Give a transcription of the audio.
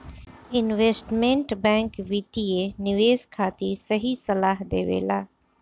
investment bank वित्तीय निवेश खातिर सही सलाह देबेला